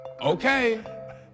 Okay